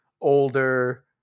older